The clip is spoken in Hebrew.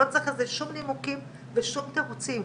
לא צריך על זה שום נימוקים ושום תירוצים.